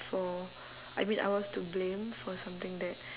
for I mean I was to blame for something that